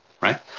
right